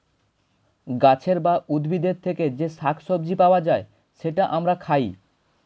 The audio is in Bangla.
গাছের বা উদ্ভিদের থেকে যে শাক সবজি পাওয়া যায়, সেটা আমরা খাই